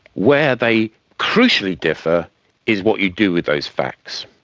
where they crucially differ is what you do with those facts.